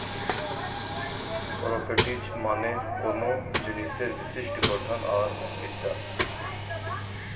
properties মানে কোনো জিনিসের বিশিষ্ট গঠন আর বিদ্যা